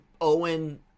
Owen